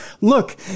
Look